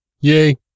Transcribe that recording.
Yay